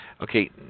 Okay